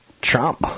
Trump